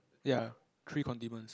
ya three condiments